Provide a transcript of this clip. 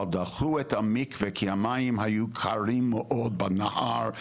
אבל דחו את המקווה כי המים היו קרים מאוד בנהר,